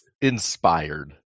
inspired